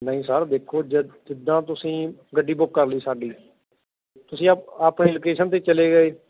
ਨਹੀਂ ਸਰ ਦੇਖੋ ਜਿੱਦ ਜਿੱਦਾਂ ਤੁਸੀਂ ਗੱਡੀ ਬੁੱਕ ਕਰ ਲਈ ਸਾਡੀ ਤੁਸੀਂ ਆਪ ਆਪਣੀ ਲੋਕੇਸ਼ਨ 'ਤੇ ਚਲੇ ਗਏ